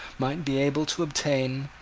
might be able to obtain,